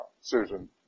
Susan